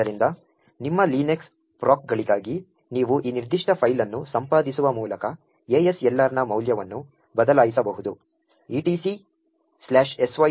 ಆದ್ದರಿಂದ ನಿಮ್ಮ ಲಿನಕ್ಸ್ ಪ್ರೊಕ್ಗಳಿಗಾಗಿ ನೀವು ಈ ನಿರ್ದಿಷ್ಟ ಫೈಲ್ ಅನ್ನು ಸಂಪಾದಿಸುವ ಮೂಲಕ ASLRನ ಮೌಲ್ಯವನ್ನು ಬದಲಾಯಿಸಬಹುದು etcsysctl